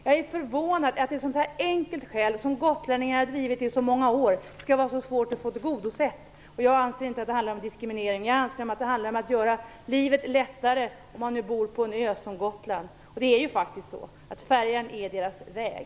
Jag är förvånad över att ett så enkelt krav, som gotlänningarna har drivit i så många år, skall vara så svårt att få tillgodosett. Jag anser inte att handlar om diskriminering utan om att göra livet lättare för dem som bor på en ö som Gotland. Färjan är faktiskt deras väg.